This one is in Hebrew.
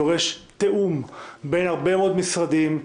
דורש תיאום בין הרבה מאוד משרדים.